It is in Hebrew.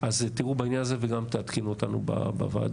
אז תיראו בעניין הזה וגם תעדכנו אותנו בוועדה.